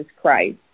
Christ